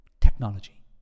technology